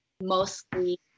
mostly